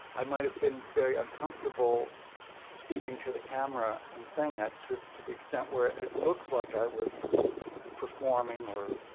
i might have been very uncomfortable speaking to the camera and saying that to to the extent where it looks like i was performing or.